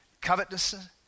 covetousness